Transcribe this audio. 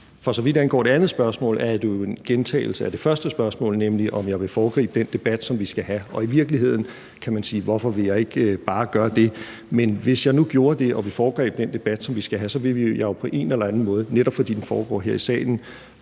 For så vidt angår det andet spørgsmål, var det jo en gentagelse af det første spørgsmål, nemlig om jeg vil foregribe den debat, som vi skal have, og i virkeligheden kan man spørge: Hvorfor vil jeg ikke bare gøre det? Men hvis jeg nu gjorde det og vi foregreb den debat, som vi skal have, så ville jeg jo på en eller anden måde, netop fordi debatten foregår her i salen,